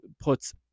puts